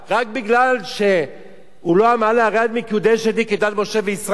רק כי הוא לא אמר לה: הרי את מקודשת לי כדת משה וישראל,